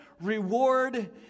reward